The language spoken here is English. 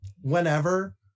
whenever